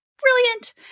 Brilliant